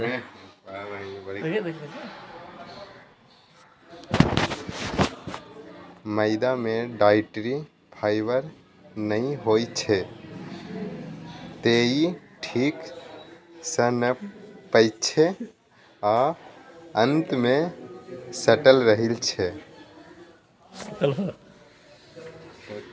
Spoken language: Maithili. मैदा मे डाइट्री फाइबर नै होइ छै, तें ई ठीक सं नै पचै छै आ आंत मे सटल रहि जाइ छै